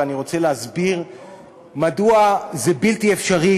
ואני רוצה להסביר מדוע זה בלתי אפשרי